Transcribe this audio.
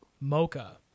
Mocha